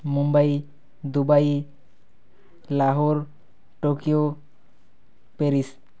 Mumbai Dubai Lahore Tokyo Paris